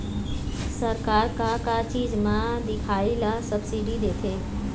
सरकार का का चीज म दिखाही ला सब्सिडी देथे?